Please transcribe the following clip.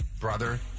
brother